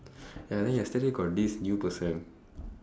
ya then yesterday got this new person